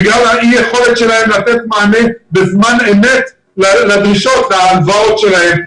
בגלל אי היכולת שלהם לתת מענה בזמן אמת להלוואות שלהם,